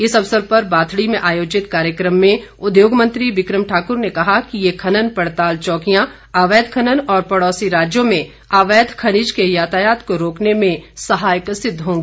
इस अवसर पर बाथड़ी में आयोजित कार्यक्रम में उद्योग मंत्री बिक्रम ठाकुर ने कहा कि ये खनन पड़ताल चौकियां अवैध खनन और पड़ोसी राज्यों में अवैध खनिज के यातायात को रोकने में साहयक सिद्ध होंगी